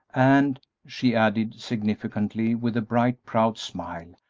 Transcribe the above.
and, she added, significantly, with a bright, proud smile,